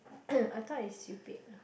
I thought is you pick